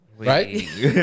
right